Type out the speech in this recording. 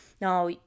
Now